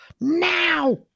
now